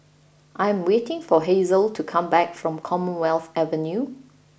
I am waiting for Hazelle to come back from Commonwealth Avenue